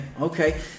okay